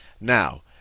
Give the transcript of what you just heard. Now